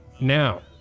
Now